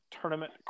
tournament